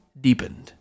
deepened